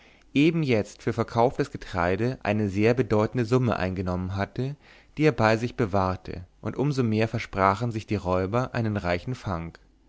eben jetzt für verkauftes getreide eine sehr bedeutende summe eingenommen hatte die er bei sich bewahrte und um so mehr versprachen sich die räuber einen reichen fang